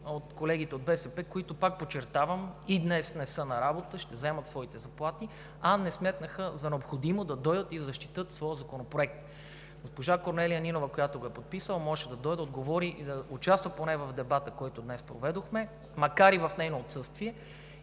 от колегите от БСП, които – пак подчертавам – и днес не са на работа, ще вземат своите заплати, а не сметнаха за необходимо да дойдат и да защитят своя законопроект. Госпожа Корнелия Нинова, която го е подписала, можеше да дойде, да отговори и поне да участва в дебата, който днес проведохме, макар и в нейно отсъствие.